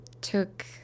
took